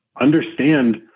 understand